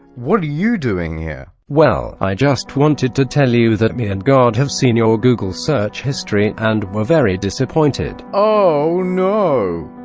what are you doing here? well, i just wanted to tell you that me and god have seen your google search history and were very disappointed. oh, no!